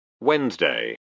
Wednesday